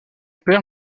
père